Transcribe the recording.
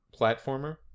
platformer